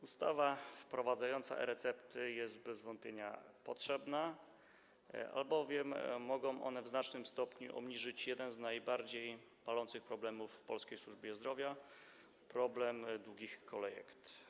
Ustawa wprowadzająca e-recepty jest bez wątpienia potrzebna, albowiem mogą one w znacznym stopniu rozwiązać jeden z najbardziej palących problemów w polskiej służbie zdrowia, problem długich kolejek.